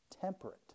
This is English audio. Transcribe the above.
temperate